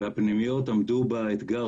הפנימיות עמדו באתגר